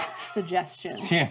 suggestions